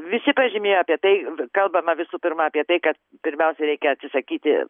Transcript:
visi pažymėjo apie tai kalbama visų pirma apie tai kad pirmiausia reikia atsisakyti